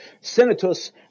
Senatus